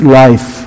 life